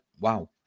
wow